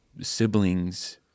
siblings